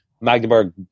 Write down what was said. Magdeburg